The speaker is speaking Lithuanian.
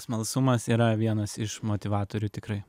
smalsumas yra vienas iš motivatorių tikrai